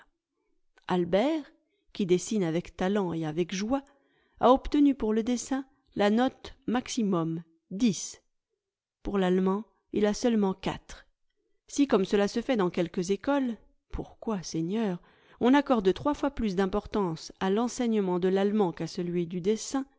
albert qui dessine avec talent et avec joie a obtenu pour le dessin la note maximum pour l'allemand il a seulement si comme cela se fait dans quelques écoles pourquoi seigneur on accorde trois fois plus d'importance à l'enseignement de lallemand qu'à celui du dessin